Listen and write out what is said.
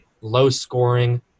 low-scoring